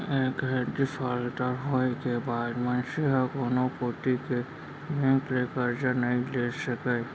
एक घइत डिफाल्टर होए के बाद मनसे ह कोनो कोती के बेंक ले करजा नइ ले सकय